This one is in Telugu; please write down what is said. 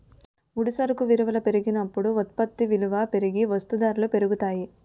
ముడి సరుకు విలువల పెరిగినప్పుడు ఉత్పత్తి విలువ పెరిగి వస్తూ ధరలు పెరుగుతాయి